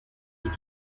vit